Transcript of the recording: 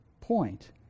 point